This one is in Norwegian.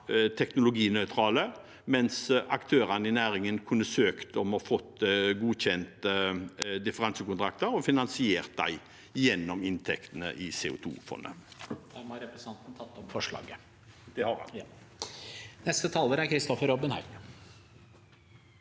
teknologinøytrale, mens aktørene i næringen kunne søkt om å få godkjent differansekontrakter og finansiert dem gjennom inntektene i CO2-fondet. Jeg tar opp forslaget i saken.